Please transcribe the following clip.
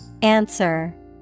Answer